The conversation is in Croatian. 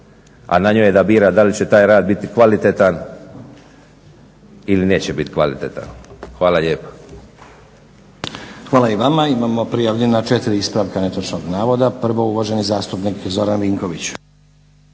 a na njoj je da bira da li će taj rad biti kvalitetan ili neće biti kvalitetan. Hvala lijepa.